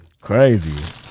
Crazy